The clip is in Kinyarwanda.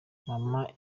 maman